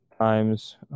times